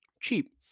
cheap